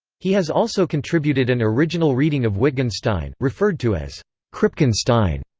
he has also contributed an original reading of wittgenstein, referred to as kripkenstein.